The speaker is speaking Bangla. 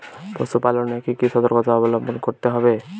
পশুপালন এ কি কি সর্তকতা অবলম্বন করতে হবে?